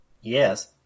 Yes